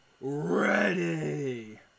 ready